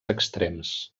extrems